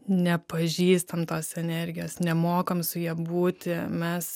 nepažįstam tos energijos nemokam su ja būti mes